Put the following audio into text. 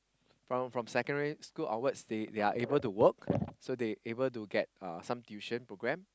from from secondary school onwards they are able to work so they able to get uh some tuition program